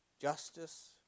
justice